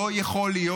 לא יכול להיות.